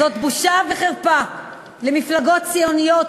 זאת בושה וחרפה למפלגות ציוניות,